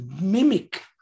mimic